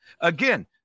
again